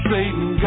Satan